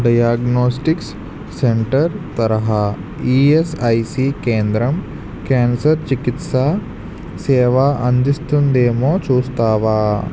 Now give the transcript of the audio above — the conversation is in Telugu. డయాగ్నోస్టిక్స్ సెంటర్ తరహా ఈఎస్ఐసి కేంద్రం క్యాన్సర్ చికిత్సా సేవ అందిస్తుందేమో చూస్తావా